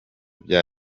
bya